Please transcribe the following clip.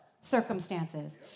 circumstances